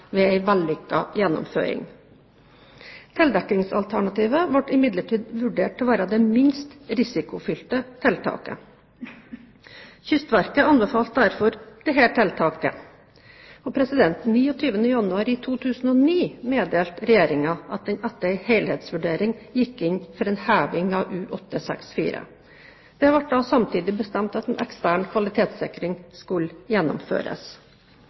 ved en vellykket gjennomføring. Tildekkingsalternativet ble imidlertid vurdert til å være det minst risikofylte tiltaket. Kystverket anbefalte derfor dette tiltaket. 29. januar 2009 meddelte Regjeringen at den etter en helhetsvurdering gikk inn for en heving av U-864. Det ble samtidig bestemt at en ekstern kvalitetssikring skulle gjennomføres.